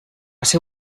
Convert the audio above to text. ser